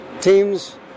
teams